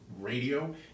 radio